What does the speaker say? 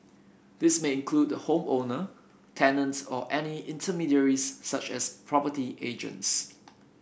this may include the home owner tenants or any intermediaries such as property agents